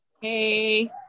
Hey